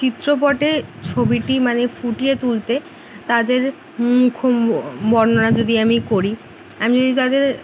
চিত্রপটে ছবিটি মানে ফুটিয়ে তুলতে তাদের বর্ণনা যদি আমি করি আমি যদি তাদের